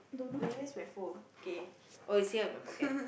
wait where's my phone K oh it's here in my pocket